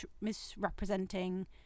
misrepresenting